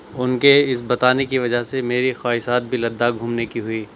ان کے اس بتانے کی وجہ سے میری خواہشات بھی لداخ گھومنے کی ہوئی